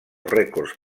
rècords